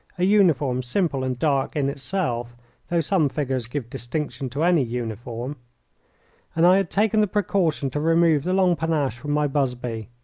a uniform simple and dark in itself though some figures give distinction to any uniform and i had taken the precaution to remove the long panache from my busby.